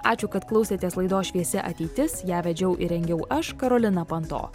ačiū kad klausėtės laidos šviesi ateitis ją vedžiau ir rengiau aš karolina panto